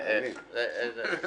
חייבים.